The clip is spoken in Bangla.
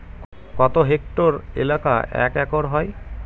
কত হেক্টর এলাকা এক একর হয়?